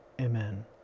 Amen